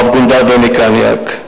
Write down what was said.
רב-גונדר בני קניאק.